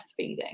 breastfeeding